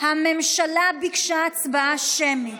הממשלה ביקשה הצבעה שמית.